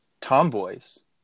tomboys